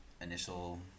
initial